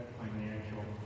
financial